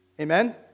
Amen